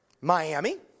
Miami